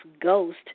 Ghost